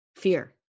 Fear